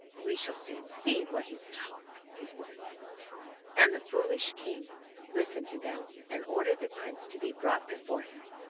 we shall soon see what his talk is worth and the foolish king listened to them, and ordered the prince to be brought before him.